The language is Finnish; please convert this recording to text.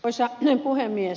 arvoisa puhemies